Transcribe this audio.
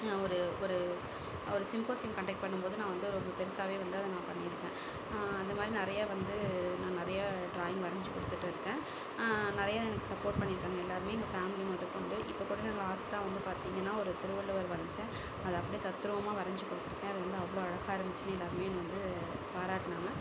ஒரு ஒரு ஒரு சிம்போஸியம் கன்டக்ட் பண்ணும்போது நான் வந்து ரொம்ப பெருசாகவே வந்து அதை நான் பண்ணி இருக்கேன் அந்த மாதிரி நிறையா வந்து நான் நிறையா டிராயிங் வரஞ்சு கொடுத்துட்ருக்கேன் நிறையா எனக்கு சப்போர்ட் பண்ணி இருக்காங்க எல்லாருமே எங்கள் ஃபேம்லி முதக்கொண்டு இப்போ கூட நான் லாஸ்ட்டாக வந்து பார்த்தீங்கன்னா ஒரு திருவள்ளுவர் வரஞ்சேன் அதை அப்படே தத்ரூவமாக வரஞ்சு கொடுத்துருக்கேன் அது வந்து அவ்வளோ அழகாக இருந்துச்சு எல்லாருமே என்ன வந்து பாராட்டினாங்க